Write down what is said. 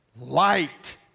Light